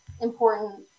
important